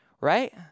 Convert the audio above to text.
right